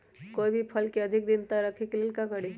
कोई भी फल के अधिक दिन तक रखे के लेल का करी?